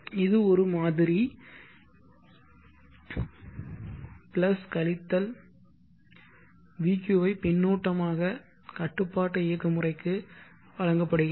இது ஒரு மாதிரி பிளஸ் கழித்தல் vq ஐ பின்னூட்டமாக கட்டுப்பாட்டு இயக்குமுறைக்கு வழங்கப்படுகின்றன